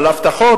הבטחות,